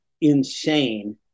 insane